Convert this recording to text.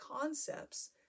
concepts